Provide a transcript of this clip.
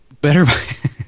Better